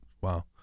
Wow